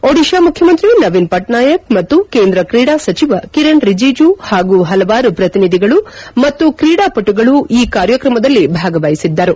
ಒಡಿಶಾ ಮುಖ್ಯಮಂತ್ರಿ ನವೀನ್ ಪಟ್ನಾಯಕ್ ಮತ್ತು ಕೇಂದ್ರ ಕ್ರೀಡಾ ಸಚಿವ ಕಿರಣ್ ರಿಜಿಜು ಪಾಗೂ ಪಲವಾರು ಪ್ರತಿನಿಧಿಗಳು ಮತ್ತು ಕ್ರೀಡಾಪಟುಗಳು ಈ ಕಾರ್ಯಕ್ರಮದಲ್ಲಿ ಭಾಗವಹಿಸಿದ್ದರು